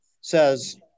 says